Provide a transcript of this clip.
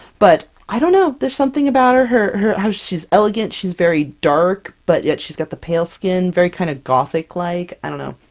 but i don't know there's something about her her her she's elegant, she's very dark but yet she's got the pale skin, very kind of gothic-like. i don't know,